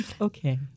Okay